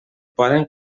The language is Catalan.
poden